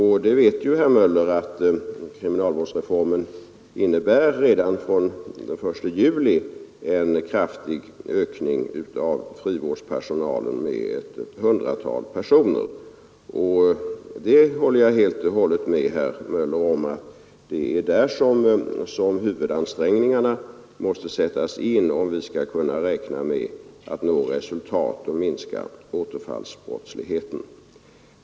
Herr Möller vet att kriminalvårdsreformen innebär en kraftig ökning av frivårdspersonalen med ett hundratal personer redan från den 1 juli. Jag håller helt och hållet med herr Möller om att det är där som huvudansträngningarna måste sättas in om vi skall kunna räkna med att nå resultat och minska återfallsbrottsligheten.